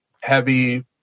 heavy